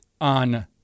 on